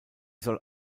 soll